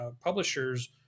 publishers